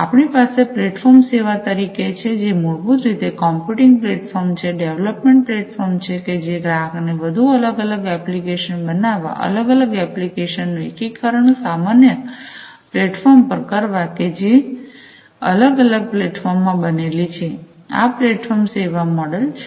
આપણી પાસે પ્લેટફોર્મ સેવા તરીકે છે જે મૂળભૂત રીતે કોમ્પ્યુટીંગ પ્લેટફોર્મ છે ડેવલોપમેન્ટ પ્લેટ ફોર્મ છે કે જે ગ્રાહકને વધુ અલગ અલગ એપ્લિકેશન બનાવવા અલગ અલગ એપ્લિકેશન નું એકીકરણ સામાન્ય પ્લેટફોર્મ પર કરવા કે જે અલગ અલગ પ્લેટફોર્મ માં બનેલી છે આ પ્લેટફોર્મ સેવા મોડલ છે